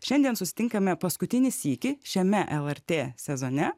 šiandien susitinkame paskutinį sykį šiame lrt sezone